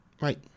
Right